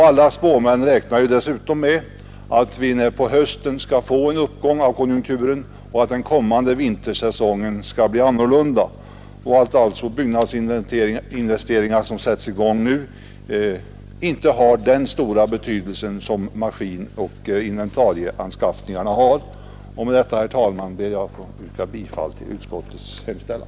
Alla spåmän räknar ju dessutom med att vi på hösten skall få en uppgång av konjunkturen och att den kommande vintersäsongen skall bli annorlunda och att alltså byggnadsinvesteringar som sätts i gång nu inte har den stora betydelse som maskinoch inventarieanskaffningarna har. Med detta, herr talman, ber jag att få yrka bifall till utskottets hemställan.